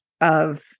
of-